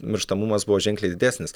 mirštamumas buvo ženkliai didesnis